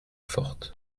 forte